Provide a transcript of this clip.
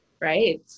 right